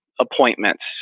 Appointments